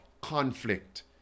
conflict